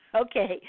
Okay